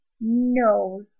No